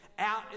out